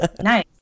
Nice